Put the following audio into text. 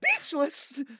speechless